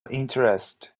interest